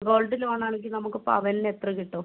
gold loan ആണെങ്കിൽ നമുക്ക് പവനിന് എത്ര കിട്ടും